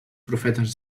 profetes